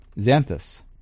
Xanthus